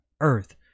earth